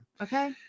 okay